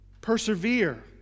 persevere